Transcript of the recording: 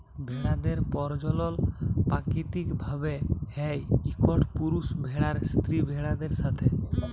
ভেড়াদের পরজলল পাকিতিক ভাবে হ্যয় ইকট পুরুষ ভেড়ার স্ত্রী ভেড়াদের সাথে